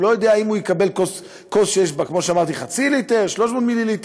הוא לא יודע אם הוא יקבל כוס שיש בה חצי ליטר או 300 מיליליטר.